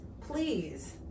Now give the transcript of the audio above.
please